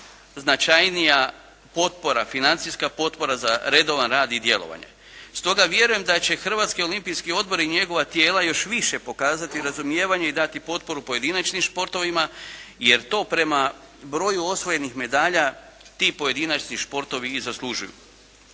značajnija potpora, financijska potpora za redovan rad i djelovanje. Stoga vjerujem da će Hrvatski olimpijski odbor i njegova tijela još više pokazati razumijevanje i dati potporu pojedinačnim športovima, jer to prema broju osvojenih medalja ti pojedinačni športovi i zaslužuju.